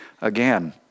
Again